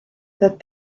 that